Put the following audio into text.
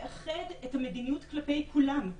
לאחד את המדיניות כלפי כולם,